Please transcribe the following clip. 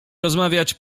rozmawiać